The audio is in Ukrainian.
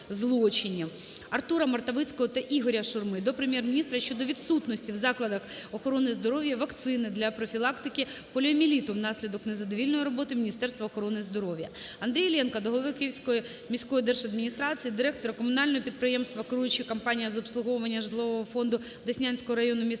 Артура Мартовицького та Ігоря Шурми до Прем'єр-міністра щодо відсутності в закладах охорони здоров'я вакцини для профілактики поліомієліту внаслідок незадовільної роботи Міністерства охорони здоров'я. Андрія Іллєнка до голови Київської міської держадміністрації, директора Комунального підприємства "Керуюча компанія з обслуговування житлового фонду Деснянського району міста